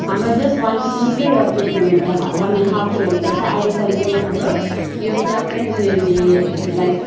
हाम्रो just one kilometre या two kilometre हा वान एन्ड हाफ किलोमिटर छ अहिलेसम्म पनि हाम्रो एउटा पनि उनीहरूले लाइक